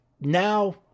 now